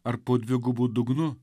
ar po dvigubu dugnu